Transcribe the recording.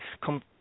Come